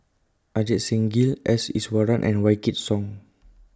Ajit Singh Gill S Iswaran and Wykidd Song